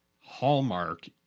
hallmark